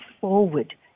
forward